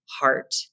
heart